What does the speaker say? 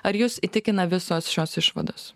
ar jus įtikina visos šios išvados